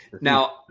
now